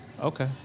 Okay